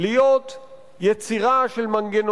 מה הרעיון?